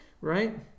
Right